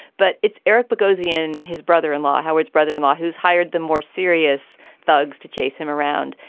but it's eric bogosian, his brother in law. howard's brother in law, who's hired the more serious thugs to chase him around.